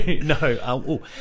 no